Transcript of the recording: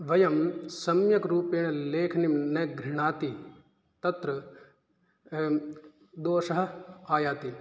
वयं सम्यग्रूपेण लेखनीं न गृह्णाति तत्र दोषः आयाति